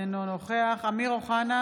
אינו נוכח אמיר אוחנה,